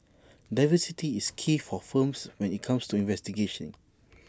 diversity is key for firms when IT comes to investigation